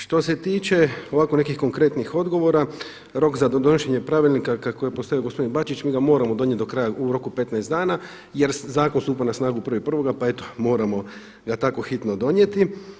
Što se tiče ovako nekih konkretnih odgovora, rok za donošenje pravilnika kako je postavio gospodin Bačić, mi ga moramo donijeti u roku 15 dana jer stupa na snagu 1.1. pa eto moramo ga tako hitno donijeti.